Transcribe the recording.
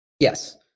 Yes